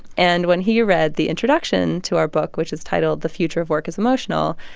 and when he read the introduction to our book, which is titled the future of work is emotional,